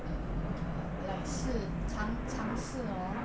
uh like 试尝尝试 orh